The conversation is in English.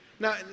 Now